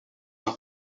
d’un